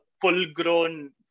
full-grown